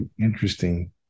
interesting